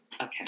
Okay